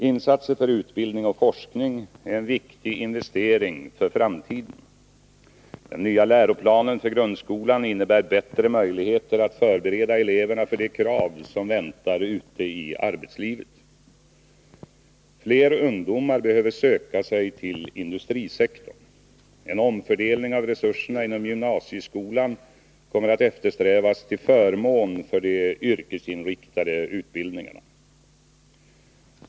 Insatser för utbildning och forskning är en viktig investering för framtiden. Den nya läroplanen för grundskolan innebär bättre möjligheter att förbereda eleverna för de krav som väntar ute i arbetslivet. Fler ungdomar behöver söka sig till industrisektorn. En omfördelning av resurserna inom gymnasieskolan kommer att eftersträvas till förmån för de yrkesinriktade utbildningarna.